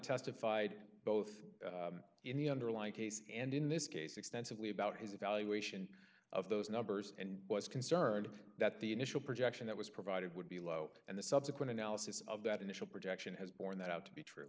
testified both in the underlying case and in this case extensively about his evaluation of those numbers and was concerned that the initial projection that was provided would be low and the subsequent analysis of that initial projection has borne that out to be true